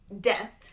death